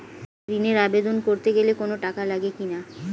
ঋণের আবেদন করতে গেলে কোন টাকা লাগে কিনা?